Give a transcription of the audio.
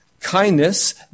kindness